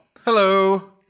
Hello